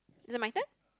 is it my turn